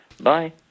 Bye